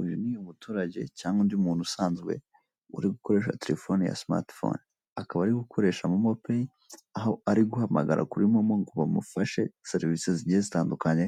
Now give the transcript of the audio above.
Uyu ni umuturage cyangwa undi muntu usanzwe uri gukoresha simati fone, akaba ari gukoresha momo peyi aho ari guhamagara kuri momo ngo bamufashe serivise zigiye zitandukanye